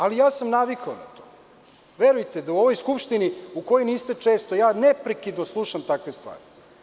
Ali, navikao sam na to i verujte da u ovoj Skupštini u kojoj niste često, ja neprekidno slušam takve stvari.